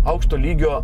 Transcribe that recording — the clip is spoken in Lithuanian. aukšto lygio